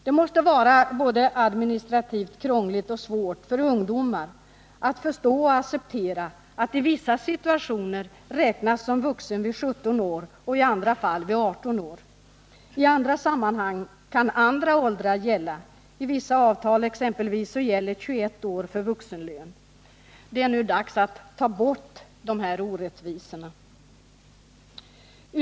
Det måste vara både administrativt krångligt och svårt för ungdomarna att förstå och acceptera att de i vissa situationer räknas som vuxna vid 17 år och i andra fall vid 18 år. I andra sammanhang kan andra åldersgränser gälla. I vissa avtal exempelvis gäller 21 år som åldersgräns för vuxenlön. Det är nu dags att ta bort de här orättvisorna.